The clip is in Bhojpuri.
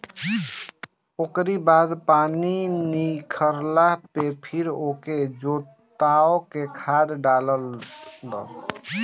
ओकरी बाद पानी निखरला पे फिर ओके जोतवा के खाद डाल दअ